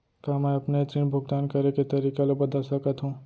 का मैं अपने ऋण भुगतान करे के तारीक ल बदल सकत हो?